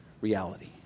reality